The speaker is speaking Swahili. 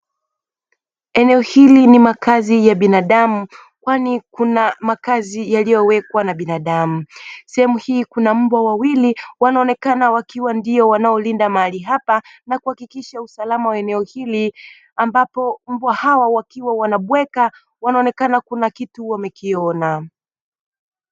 Eneo hili ni makazi ya binadamu kwani kuna makazi yaliyowekwa na binadamu sehemu, hii kuna mbwa wawili wanaonekana wakiwa ndio wanaolinda mahali hapa na kuhakikisha usalama wa eneo hili, ambapo mbwa hawa wakiwa wanabweka wanaonekana kuna kitu wamekiona.